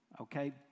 okay